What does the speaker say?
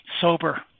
sober